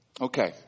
Okay